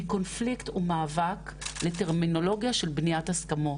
מקונפליקט ומאבק, לטרמינולוגיה של בניית הסכמות.